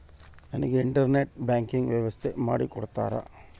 ನನಗೆ internet banking ವ್ಯವಸ್ಥೆ ಮಾಡಿ ಕೊಡ್ತೇರಾ?